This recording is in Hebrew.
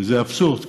וזה אבסורד,